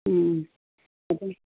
ഉം അപ്പം